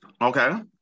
Okay